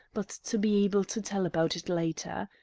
but to be able to tell about it later.